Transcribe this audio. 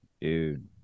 Dude